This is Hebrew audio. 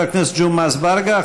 חבר הכנסת ג'מעה אזברגה.